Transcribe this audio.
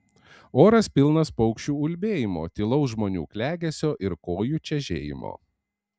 oras pilnas paukščių ulbėjimo tylaus žmonių klegesio ir kojų čežėjimo